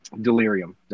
Delirium